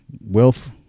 wealth